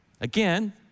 Again